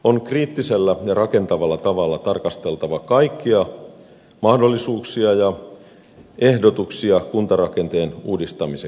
on kriittisellä ja rakentavalla tavalla tarkasteltava kaikkia mahdollisuuksia ja ehdotuksia kuntarakenteen uudistamiseksi